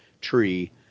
tree